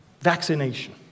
vaccination